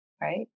right